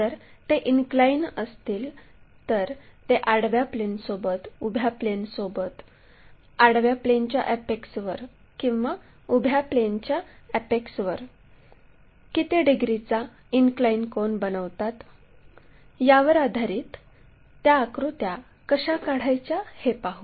जर ते इनक्लाइन असतील तर ते आडव्या प्लेनसोबत उभ्या प्लेनसोबत आडव्या प्लेनच्या अॅपेक्सवर किंवा उभ्या प्लेनच्या अॅपेक्सवर किती डिग्रीचा इनक्लाइन कोन बनवतात यावर आधारित त्या आकृत्या कशा काढायच्या हे पाहू